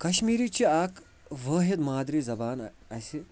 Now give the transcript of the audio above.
کَشمیٖری چھِ اَکھ وٲحِد مادری زَبان اَسہِ